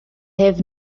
have